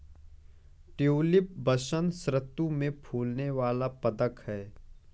tulip बसंत ऋतु में फूलने वाला पदक है